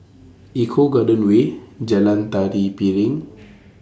Eco Garden Way Jalan Tari Piring